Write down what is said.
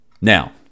Now